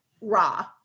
raw